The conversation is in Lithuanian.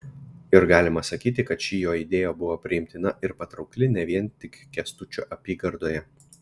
ir galima sakyti kad ši jo idėja buvo priimtina ir patraukli ne vien tik kęstučio apygardoje